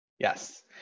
Yes